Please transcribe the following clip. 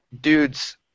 dudes